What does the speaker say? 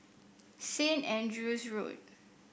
Saint Andrew's Road